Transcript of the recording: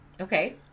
Okay